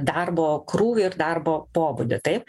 darbo krūvį ir darbo pobūdį taip